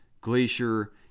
Glacier